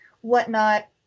whatnot